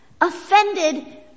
offended